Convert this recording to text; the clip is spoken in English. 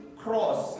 cross